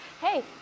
Hey